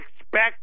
expect